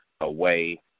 away